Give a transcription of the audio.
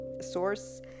source